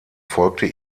folgte